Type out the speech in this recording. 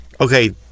okay